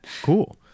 cool